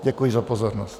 Děkuji za pozornost.